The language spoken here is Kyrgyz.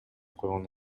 койгон